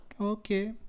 okay